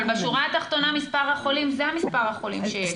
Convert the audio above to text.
אבל בשורה התחתונה מספר החולים זה מספר החולים שיש.